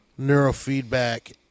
neurofeedback